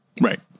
Right